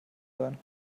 sein